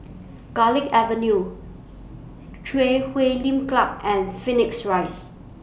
Garlick Avenue Chui Huay Lim Club and Phoenix Rise